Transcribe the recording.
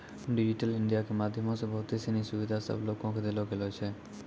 digital India के माध्यमो से बहुते सिनी सुविधा सभ लोको के देलो गेलो छै